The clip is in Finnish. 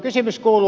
kysymys kuuluu